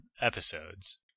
episodes